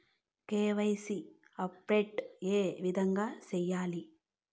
KYC update ఏ విధంగా సేయాలి?